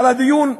על הדיון?